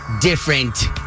different